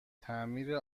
تعمیر